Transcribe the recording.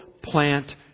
plant